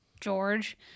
George